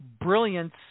brilliance